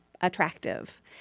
attractive